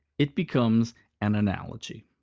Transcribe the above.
it becomes an analogy.